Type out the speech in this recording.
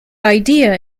idea